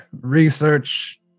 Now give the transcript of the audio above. research